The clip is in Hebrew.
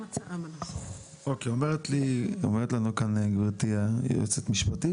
אומרת לנו כאן גברתי היועצת המשפטית,